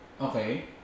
Okay